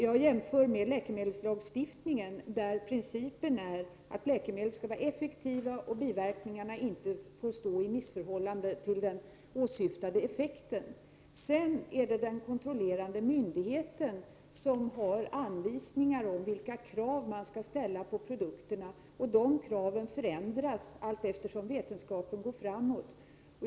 Jag jämför med läkemedelslagstiftningen. Där är principen att läkemedel skall vara effektiva och att biverkningarna inte får stå i missförhållande till den åsyftade effekten. Det är den kontrollerande myndigheten som skall ge anvisningar om vilka krav man skall ställa på produkterna. De kraven förändras allteftersom vetenskapen går framåt.